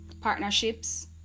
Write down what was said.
partnerships